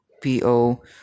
P-O